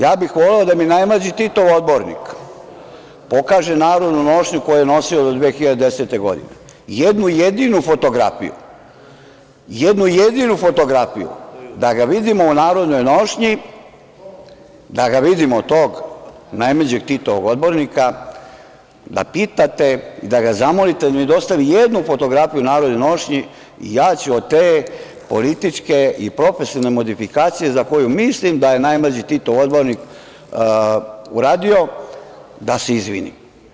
Ja bih voleo da mi najmlađi Titov odbornik pokaže narodnu nošnju koju je nosio do 2010. godine, jednu jedinu fotografiju, da ga vidimo u narodnoj nošnji, da ga vidimo, tog najmlađeg Titovog odbornika, da pitate i da ga zamolite da mi dostavu jednu fotografiju u narodnoj nošnji i ja ću od te političke i profesionalne modifikacije za koju mislim da je najmlađi Titov odbornik uradio, da se izvinim.